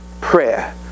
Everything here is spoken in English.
prayer